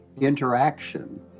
interaction